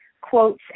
quotes